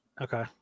okay